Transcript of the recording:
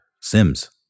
Sims